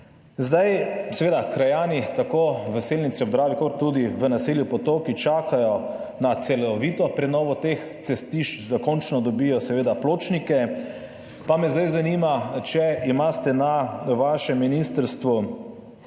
Seveda krajani tako v Selnici ob Dravi kot tudi v naselju Potoki čakajo na celovito prenovo teh cestišč, da končno dobijo seveda pločnike. Pa me zdaj zanima: Ali imate na vašem ministrstvu